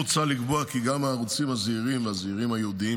מוצע לקבוע כי גם הערוצים הזעירים והזעירים הייעודיים